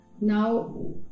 now